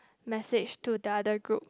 message to the other group